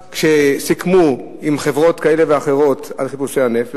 כשסיכמו עם חברות כאלה ואחרות על חיפושי הנפט.